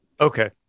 Okay